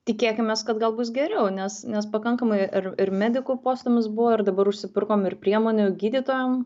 tikėkimės kad gal bus geriau nes nes pakankamai ir ir medikų postūmis buvo ir dabar užsipirkom ir priemonių gydytojam